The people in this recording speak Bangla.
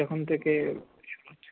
যখন থেকে শুরু হচ্ছে